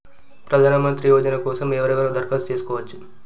ప్రధానమంత్రి యోజన కోసం ఎవరెవరు దరఖాస్తు చేసుకోవచ్చు?